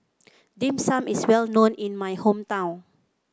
Dim Sum is well known in my hometown